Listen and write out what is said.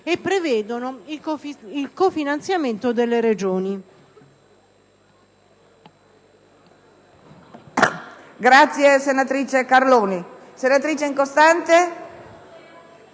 e prevedono il cofinanziamento delle Regioni.